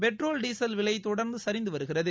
petrol diesel விலை தொடர்ந்து சரிந்து வருகிறது